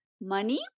money